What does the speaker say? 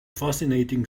fascinating